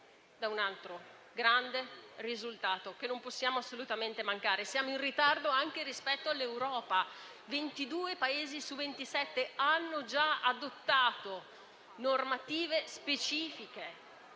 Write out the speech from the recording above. da un altro grande risultato che non possiamo assolutamente mancare. Siamo in ritardo anche rispetto all'Europa: ventidue Paesi su ventisette hanno già adottato normative specifiche.